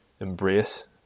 embrace